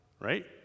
right